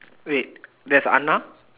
wait there's Anna